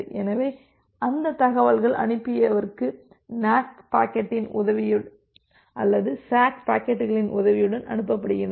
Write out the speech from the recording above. எனவே அந்த தகவல்கள் அனுப்பியவருக்கு நேக் பாக்கெட்டின் உதவியுடன் அல்லது சேக் பாக்கெட்டுகளின் உதவியுடன் அனுப்பப்படுகின்றன